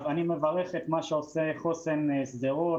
אני מברך את מה שעושה חוסן שדרות.